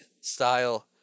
style